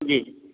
जी